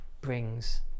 brings